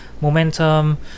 momentum